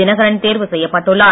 தினகரன் தேர்வு செய்யப்பட்டுள்ளார்